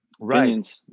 Right